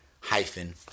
hyphen